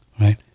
right